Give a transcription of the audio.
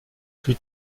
plus